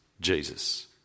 Jesus